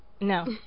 No